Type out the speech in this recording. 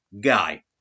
guy